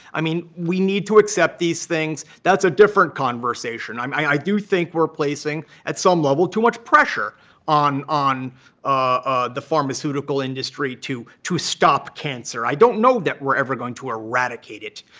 i mean, we need to accept these things. that's a different conversation. um i do think we're placing, at some level, too much pressure on on ah the pharmaceutical industry to stop stop cancer. i don't know that we're ever going to eradicate it.